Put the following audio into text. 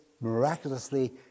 miraculously